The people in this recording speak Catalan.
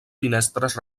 finestres